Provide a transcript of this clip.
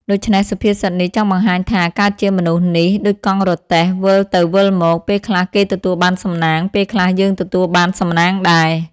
ដូច្នេះសុភាសិតនេះ ចង់បង្ហាញថា “កើតជាមនុស្សនេះ ដូចកង់រទេះ វិលទៅវិលមក ពេលខ្លះគេទទួលបានសំណាង ពេលខ្លះយើងទទួលបានសំណាងដែរ ”។